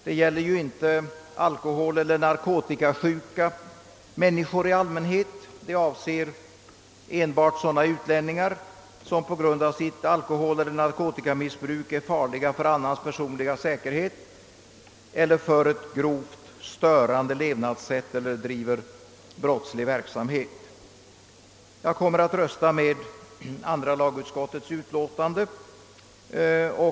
Det gäller ju inte alkoholeller narkotikasjuka människor i allmänhet utan endast sådana utlänningar som på grund av sitt alkoholeller narkotikamissbruk är farliga för annans personliga säkerhet, för ett grovt störande levnadssätt eller driver brottslig verksamhet. Jag kommer att rösta för andra lagutskottets hemställan i utlåtandet nr 73.